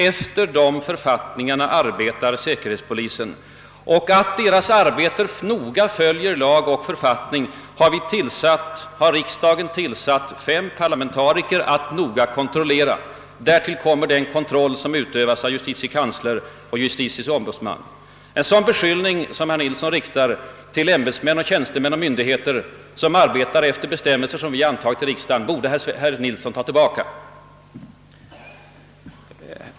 Efter dessa för fattningar arbetar säkerhetspolisen. Att deras arbete noga följer lag och författning har riksdagen tillsatt fem parlamentariker att kontrollera. Därtill kommer den kontroll som utövas av JK och JO. En sådan beskyllning, som herr Nilsson riktar mot ämbetsmän, tjänstemän och myndigheter vilka arbetar efter bestämmelser som vi har antagit i riksdagen, borde herr Nilsson ta tillbaka.